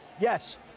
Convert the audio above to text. Yes